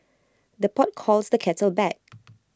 the pot calls the kettle back